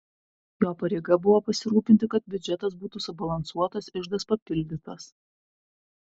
jo pareiga buvo pasirūpinti kad biudžetas būtų subalansuotas iždas papildytas